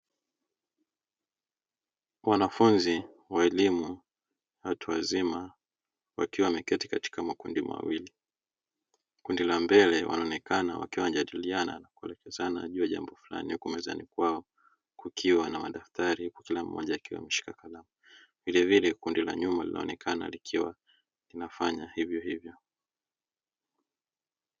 Wanafunzi wa elimu ya watu wazima wakiwa wameketi katika makundi mawili, kundii la mbele wanaoekana wakiwa wanajadiliana, kuelekezana juu ya jambo fulani huku mezani kwao kukiwa na madaftari huku kila mmoja akiwa ameshika kalamu, vilevile kundi la nyuma linaonekana likiwa linafaya hivyo hivyo.